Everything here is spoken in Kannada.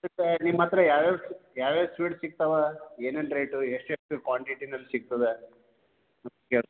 ನಿಮ್ಮ ಹತ್ರ ಯಾವ್ಯಾವ ಸ್ವಿ ಯಾವ್ಯಾವ ಸ್ವೀಟ್ ಸಿಕ್ತವೆ ಏನೇನು ರೇಟು ಎಷ್ಟೆಷ್ಟು ಕ್ವಾಂಟಿಟಿನಲ್ಲಿ ಸಿಕ್ತದೆ